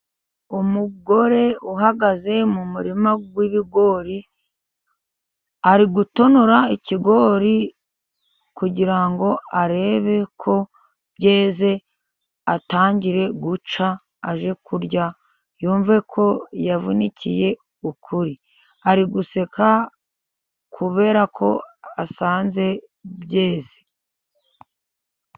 Umugore uhagaze mu murima w'ibigori ari gutonora ikigori, kugira ngo arebe ko byeze atangire guca ajye kurya, yumve ko yavunikiye ukuri ari guseka kubera ko asanze byeze.